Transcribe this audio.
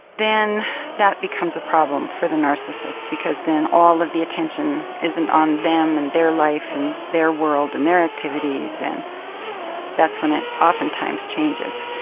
then that becomes a problem for the narcissist because then all of the attention isn't on them, and their life and their world and their activities, and that's when it oftentimes changes.